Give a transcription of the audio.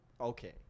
Okay